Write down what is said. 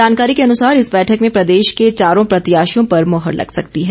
जानकारी के अनुसार इस बैठक में प्रदेश के चारों प्रत्याशियों पर मुहर लग सकती है